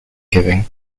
giving